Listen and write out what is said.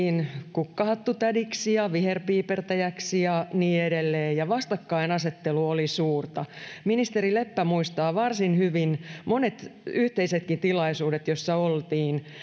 kukkahattutädiksi ja viherpiipertäjäksi ja niin edelleen ja vastakkainasettelu oli suurta ministeri leppä muistaa varsin hyvin monet yhteisetkin tilaisuudet joissa olimme